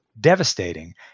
devastating